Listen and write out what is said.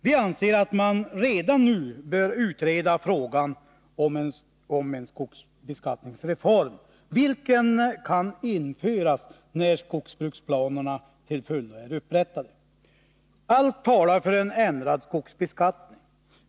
Vi anser att man redan nu bör utreda frågan om en skogsbeskattningsreform, vilken kan införas när skogsbruksplanerna till fullo är upprättade. Allt talar för en ändrad skogsbeskattning.